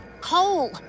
Cole